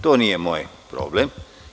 To nije moj problem.